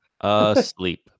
asleep